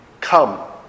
Come